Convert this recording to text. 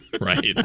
Right